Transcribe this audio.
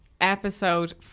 episode